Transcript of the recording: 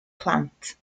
plant